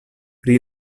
pri